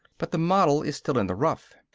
but the model is still in the rough.